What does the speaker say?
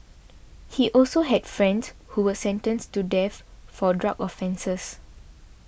he also had friends who were sentenced to death for drug offences